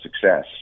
success